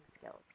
skills